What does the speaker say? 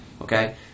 Okay